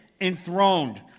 enthroned